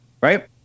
Right